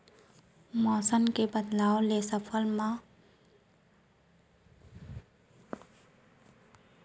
मौसम के बदलाव ले फसल मन ला नुकसान से कइसे बचा सकथन?